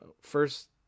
First